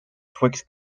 twixt